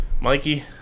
Mikey